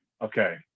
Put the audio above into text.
Okay